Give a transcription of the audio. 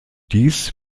dies